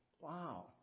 Wow